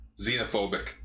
Xenophobic